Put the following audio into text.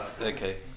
Okay